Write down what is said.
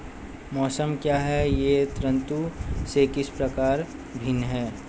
मौसम क्या है यह ऋतु से किस प्रकार भिन्न है?